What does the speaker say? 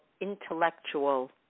intellectual